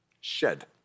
Shed